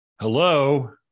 Hello